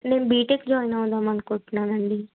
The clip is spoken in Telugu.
నేను బీటెక్ జాయిన్ అవుదామని అనుకుంటున్నానండి